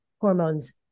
hormones